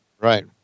Right